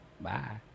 Bye